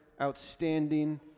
outstanding